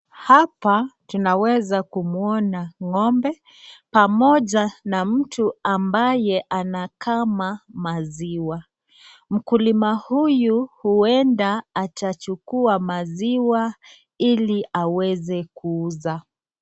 Hapa tunaweza kumwona ngombe pamoja na mtu ambaye anakama maziwa, mkulima huyu huenda atachukua maziwa ili aweze kuuza.